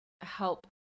help